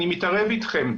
אני מתערב איתכם,